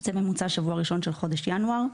זה הממוצע לשבוע הראשון של חודש ינואר.